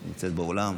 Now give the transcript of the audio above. היא נמצאת באולם.